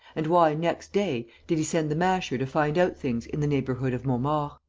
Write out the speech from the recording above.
and why, next day, did he send the masher to find out things in the neighbourhood of montmaur?